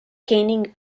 caning